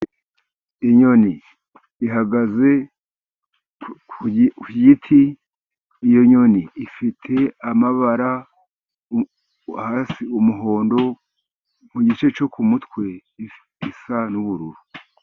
Inyoni ihagaze ku giti. Iyo nyoni ifite amabara hasi umuhondo, mu gice cyo ku mutwe isa n'ubururu.